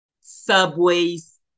subways